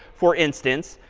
for instance,